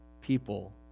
people